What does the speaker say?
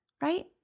right